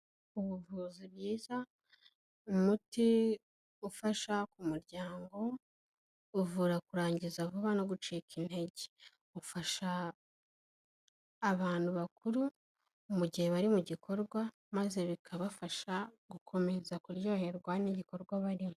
Ubuvuzi bwiza, umuti ufasha ku muryango, uvura kurangiza vuba no gucika intege, ufasha abantu bakuru mu gihe bari mu gikorwa maze bikabafasha gukomeza kuryoherwa n'igikorwa barimo.